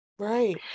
Right